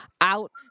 out